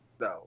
No